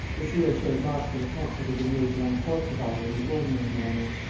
the seal showed marks of attempts that had been made to uncork the bottle in the ordinary manner.